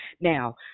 now